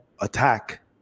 attack